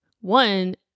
one